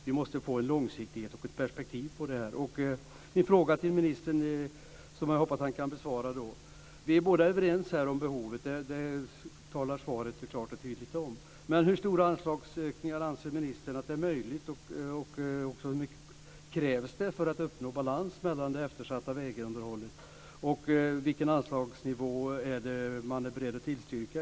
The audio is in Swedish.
Vi måste få en långsiktighet och ett perspektiv på det här. Jag vill ställa en fråga till ministern, som jag hoppas att han kan besvara. Vi är båda överens om behovet - det framgår tydligt av svaret - men hur stora anslagsökningar anser ministern att det krävs för att uppnå balans i det eftersatta vägunderhållet, och vilken anslagsnivå är man beredd att tillstyrka?